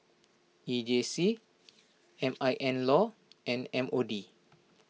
E J C M I N Law and M O D